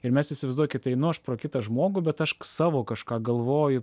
ir mes įsivaizduokit einu aš pro kitą žmogų bet aš savo kažką galvoju